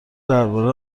درباره